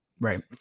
right